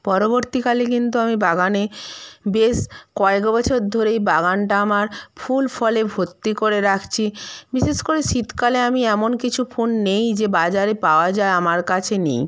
পরবর্তীকালে কিন্তু আমি বাগানে বেশ কয়েক বছর ধরেই বাগানটা আমার ফুল ফলে ভর্তি করে রাখছি বিশেষ করে শীতকালে আমি এমন কিছু ফুল নেই যে বাজারে পাওয়া যায় আমার কাছে নেই